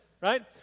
right